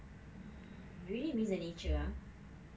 mm we really miss the nature ah